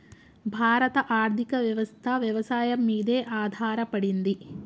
భారత ఆర్థికవ్యవస్ఠ వ్యవసాయం మీదే ఆధారపడింది